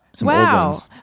wow